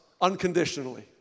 unconditionally